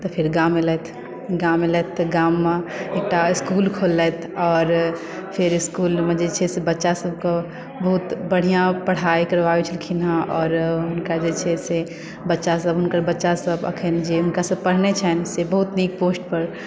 फेर गाम एलथि गाम एलथि तऽ गाममे एकटा इसकुल खोललथि आओर फेर इसकुल मे जे छै से बच्चा सभके बहुत बढ़िऑं पढ़ाई करवावै छलखिन हँ आओर हुनका जे छै से बच्चा सभ हुनकर बच्चा सभ अखन जे हुनका से पढ़ने छनि से बहुत नीक पोस्ट पर